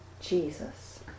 Jesus